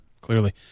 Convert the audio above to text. clearly